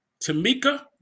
Tamika